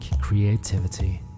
creativity